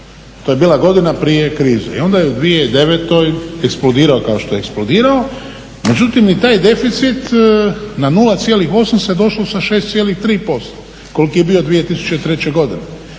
To je bila godina prije krize i onda je u 2009. eksplodirao kao što je eksplodirao, međutim i taj deficit na 0,8 se došlo sa 6,3% koliki je bio 2003. godine.